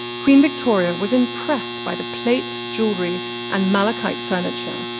queen victoria was impressed by the plate jewelry and malachite furniture,